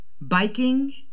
biking